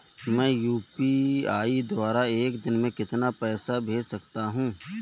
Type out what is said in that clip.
मैं यू.पी.आई द्वारा एक दिन में कितना पैसा भेज सकता हूँ?